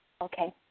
Okay